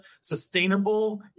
sustainable